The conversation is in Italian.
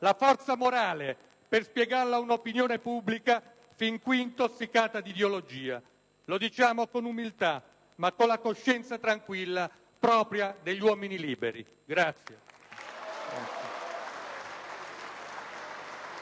la forza morale per spiegarlo ad un'opinione pubblica fin qui intossicata di ideologia. Lo affermiamo con umiltà, ma con la coscienza tranquilla, propria degli uomini liberi. *(Vivi,